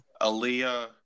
Aaliyah